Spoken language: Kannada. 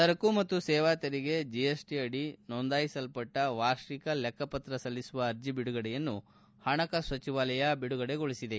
ಸರಕು ಮತ್ತು ಸೇವಾ ತೆರಿಗೆ ಜಿಎಸ್ ಟ ಅಡಿ ನೋಂದಾಯಿಸಲ್ಪಟ್ಟ ವಾರ್ಷಿಕ ಲೆಕ್ಕ ಪತ್ರ ಸಲ್ಲಿಸುವ ಅರ್ಜಿ ಬಿಡುಗಡೆಯನ್ನು ಹಣಕಾಸು ಸಚಿವಾಲಯ ಬಿಡುಗಡೆಗೊಳಿಸಿದೆ